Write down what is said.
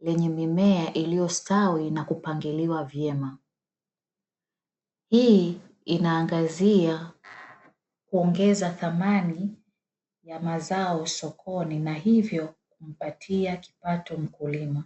lenye mimea iliyostawi na kupangiliwa vyema. Hii inaangazia kuongeza thamani ya mazao sokoni na hivyo kumpatia kipato mkulima.